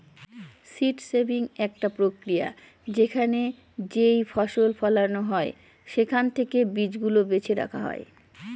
seed saving একটা প্রক্রিয়া যেখানে যেইফসল ফলন হয় সেখান থেকে বীজ গুলা বেছে রাখা হয়